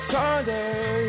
Sunday